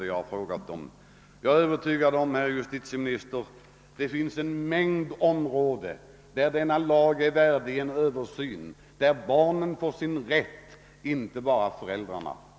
Jag är övertygad om, herr justitieminister, att lagen bör överses på en mängd områden så att barnen och inte bara föräldrarna får sin rätt.